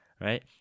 Right